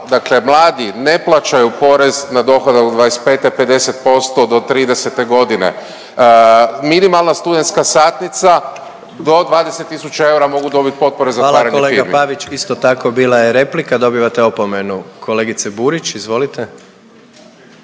dakle mladi ne plaćaju porez na dohodak do 25-te, 50% do 30-te godine. Minimalna studentska satnica do 20 tisuća eura mogu dobiti potpore za otvaranje firmi. **Jandroković, Gordan (HDZ)** Hvala kolega Pavić isto tako bila je replika dobivate opomenu. Kolegice Burić, izvolite.